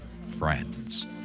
friends